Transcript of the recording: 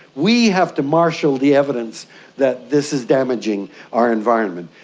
we have to marshal the evidence that this is damaging our environment.